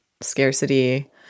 scarcity